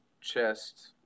chest